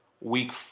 week –